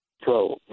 Pro